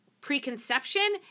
Preconception